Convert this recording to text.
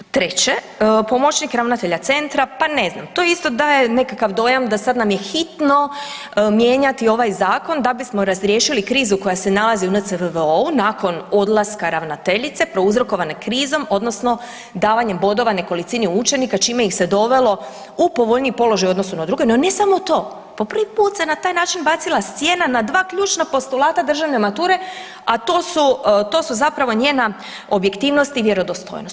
Treće, pomoćnik ravnatelja centra, pa ne znam, to isto daje nekakav dojam da sad nam je hitno mijenjati ovaj zakon da bismo razriješili krizu koja se nalazi u NCRVO-u nakon odlaska ravnateljice prouzrokovane krizom odnosno davanjem bodova nekolicini učenika čime ih se dovelo u povoljniji položaj u odnosu na druge, no ne samo to, po prvi put se na taj način bacila sjena na dva ključna postulata državne mature, a to su, to su zapravo njena objektivnost i vjerodostojnost.